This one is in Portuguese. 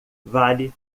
vale